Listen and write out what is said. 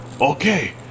okay